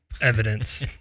evidence